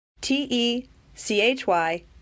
T-E-C-H-Y